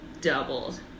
doubled